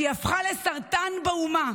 שהיא הפכה לסרטן באומה.